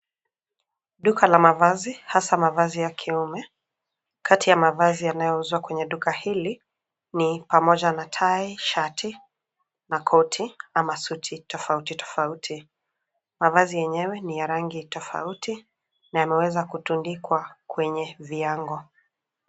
Duka la mavazi hasa mavazi ya kiume, kati ya mavazi yanayouzwa kwenye duka hili ni pamoja na tai, shati na koti ama suti tofauti tofauti mavazi yenyewe ni ya rangi tofauti na yameweza kutundikwa kwenye viyango.